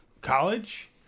college